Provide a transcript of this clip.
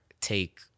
take